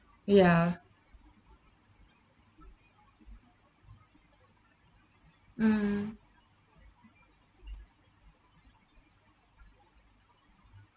ya mm